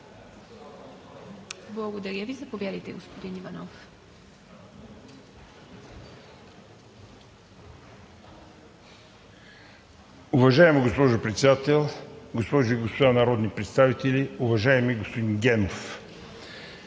Благодаря Ви. Заповядайте, господин Иванов.